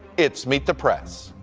it's meet the press.